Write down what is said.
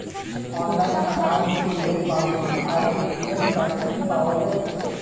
Online account খুললে passbook আর ATM card কি পাওয়া যায়?